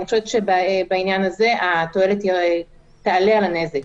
אני חושבת שבעניין הזה התועלת תעלה על הנזק.